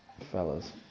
fellas